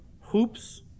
hoops